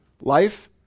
Life